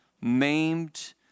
maimed